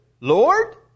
Lord